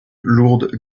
lourde